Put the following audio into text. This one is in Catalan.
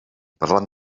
parlant